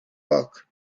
book